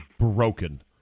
broken